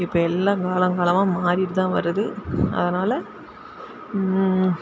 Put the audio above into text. இப்போ எல்லாம் காலங்காலமாக மாரிகிட்டு தான் வருது அதனால்